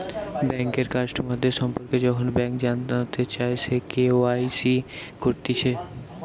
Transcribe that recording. বেঙ্কের কাস্টমারদের সম্পর্কে যখন ব্যাংক জানতে চায়, সে কে.ওয়াই.সি করতিছে